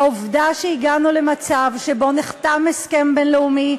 העובדה שהגענו למצב שבו נחתם הסכם בין-לאומי,